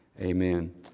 amen